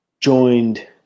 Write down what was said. joined